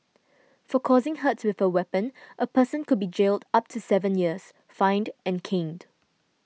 for causing hurt with a weapon a person could be jailed up to seven years fined and caned